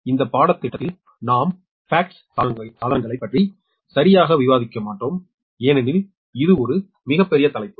எனவே இந்த பாடத்திட்டத்தில் நாம் FACTS சாதனங்களைப் பற்றி சரியாக விவாதிக்க மாட்டோம் ஏனெனில் இது ஒரு மிகப் பெரிய தலைப்பு